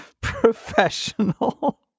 professional